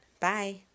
Bye